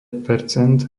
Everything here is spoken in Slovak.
percent